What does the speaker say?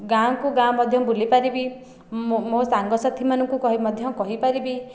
ଗାଁକୁ ଗାଁ ମଧ୍ୟ ବୁଲିପାରିବି ମୋ ସାଙ୍ଗସାଥିମାନଙ୍କୁ କହି ମଧ୍ୟ କହିପାରିବି